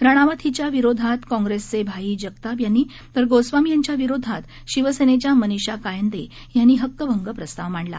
रनौत हिच्या विरोधात काँप्रेसचे भाई जगताप यांनी तर गोस्वामी यांच्या विरोधात शिवसेनेच्या मनीषा कायंदे यांनी हक्कभंग प्रस्ताव मांडला